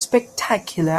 spectacular